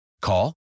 Call